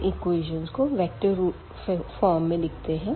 इन equations को vector रूप में लिखते है